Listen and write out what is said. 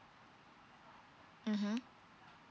mmhmm